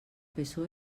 psoe